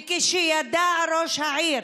וכשידע ראש העיר